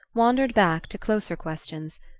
wandered back to closer questions.